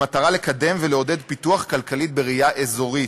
במטרה לקדם ולעודד פיתוח כלכלי בראייה אזורית,